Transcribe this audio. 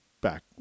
back